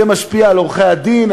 זה משפיע על עורכי-הדין,